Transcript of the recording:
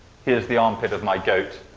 here's the armpit of my goat